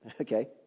Okay